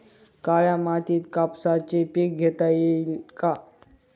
काळ्या मातीत कापसाचे पीक घेता येईल का?